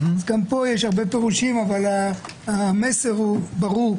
גם פה יש הרבה מאוד פירושים, אבל המסר הוא ברור.